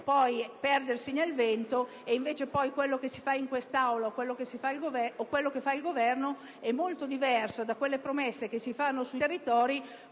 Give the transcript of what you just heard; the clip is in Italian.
a perdersi poi nel vento, per cui quello che si fa in quest'Aula o quello che fa il Governo è molto diverso dalle promesse fatte sui territori,